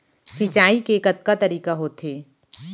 सिंचाई के कतका तरीक़ा होथे?